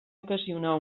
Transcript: ocasionar